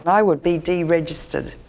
i would be deregistered.